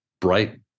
bright